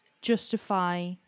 justify